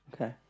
okay